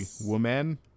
woman